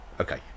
okay